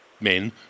Men